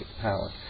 power